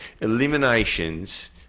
Eliminations